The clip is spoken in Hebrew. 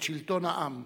את שלטון העם,